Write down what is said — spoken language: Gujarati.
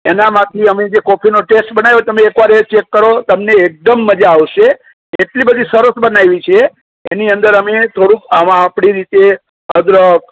એનામાંથી અમે જે કોફીનો ટેસ્ટ બનાવ્યો તમે એક વાર એ ચેક કરો તમને એકદમ મજા આવશે એટલી બધી સરસ બનાવી છે એની અંદર અમે થોડુંક અવા આપડી રીતે અદરક